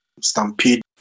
stampede